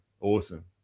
Awesome